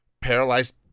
paralyzed